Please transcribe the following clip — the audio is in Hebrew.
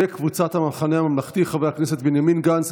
קבוצת סיעת המחנה הממלכתי: חברי הכנסת בנימין גנץ,